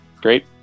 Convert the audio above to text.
great